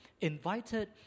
invited